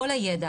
אנחנו